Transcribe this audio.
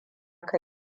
ka